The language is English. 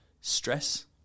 stress